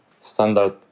standard